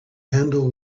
handle